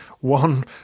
one